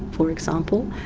for example.